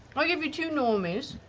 i'll give you two normies.